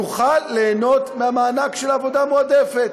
יוכל ליהנות מהמענק של עבודה מועדפת.